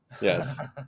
Yes